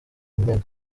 mumena